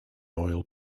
oil